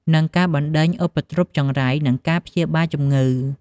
និងការបណ្តេញឧបទ្រពចង្រៃ និងការព្យាបាលជម្ងឺ។